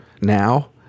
now